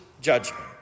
judgment